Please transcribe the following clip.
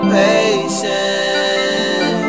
patient